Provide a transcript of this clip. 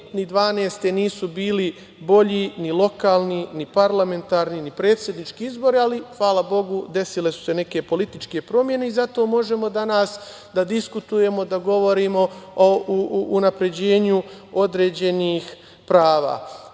godine, nisu bili bolji ni lokalni, ni parlamentarni, ni predsednički izbori, ali, hvala bogu, desile su se neke političke promene i zato možemo danas da diskutujemo i govorimo o unapređenju određenih prava. Mi